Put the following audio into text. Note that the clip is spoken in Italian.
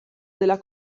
della